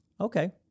Okay